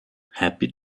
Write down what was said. happy